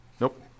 nope